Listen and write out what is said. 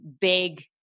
big